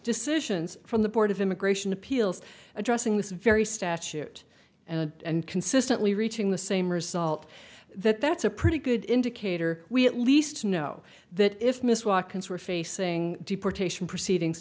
decisions from the board of immigration appeals addressing this very statute and consistently reaching the same result that that's a pretty good indicator we at least know that if miss watkins were facing deportation proceedings